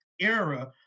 era